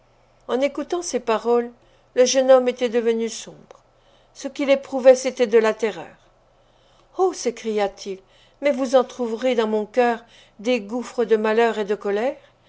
en écoutant ces paroles le jeune homme était devenu sombre ce qu'il éprouvait c'était de la terreur oh s'écria-t-il mais vous entr'ouvrez dans mon cœur des gouffres de malheur et de colère